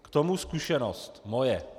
K tomu zkušenost moje.